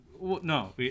No